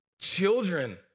Children